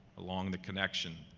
along the connection,